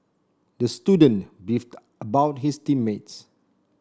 the student beefed about his team mates